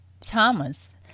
Thomas